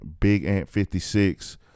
bigant56